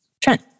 Trent